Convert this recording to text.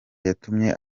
yatumye